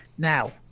Now